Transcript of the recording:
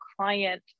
client